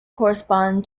correspond